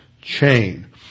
chain